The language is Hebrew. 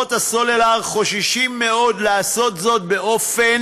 שבחברות הסלולר חוששים מאוד לעשות זאת באופן